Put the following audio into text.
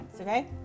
Okay